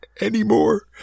anymore